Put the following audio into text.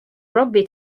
rugby